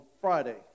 Friday